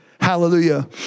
hallelujah